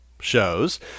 shows